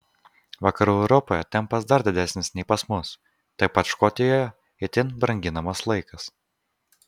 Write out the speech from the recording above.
vakarų europoje tempas dar didesnis nei pas mus taip pat škotijoje itin branginamas laikas